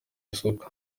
isoko